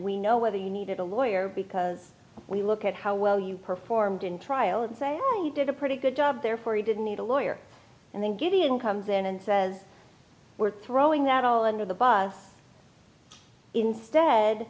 we know whether you needed a lawyer because when you look at how well you performed in trial and say you did a pretty good job therefore you didn't need a lawyer and then give you an comes in and says we're throwing out all under the bus instead